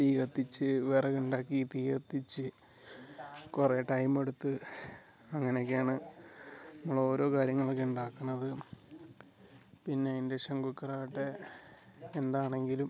തീ കത്തിച്ചു വിറക് ഉണ്ടാക്കി തീ കത്തിച്ചു കുറേ ടൈം എടുത്ത് അങ്ങനെയൊക്കെയാണ് നമ്മൾ ഓരോ കാര്യങ്ങൾ ഉണ്ടാക്കുന്നത് പിന്നെ ഇൻഡക്ഷൻ കുക്കർ ആകട്ടെ എന്താണെങ്കിലും